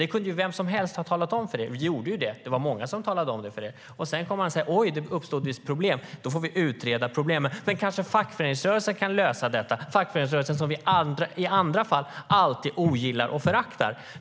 Det kunde vem som helst ha talat om för er. Vi gjorde ju det. Det var många som talade om det för er. Oj, om det sedan uppstår problem får man utreda dem. Kanske fackföreningsrörelsen kan lösa detta, fackföreningsrörelsen som vi i andra fall alltid ogillar och föraktar.